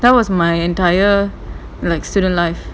that was my entire like student life